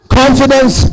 confidence